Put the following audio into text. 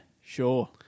sure